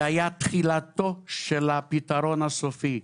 זה היה תחילתו של הפתרון הסופי.